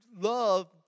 love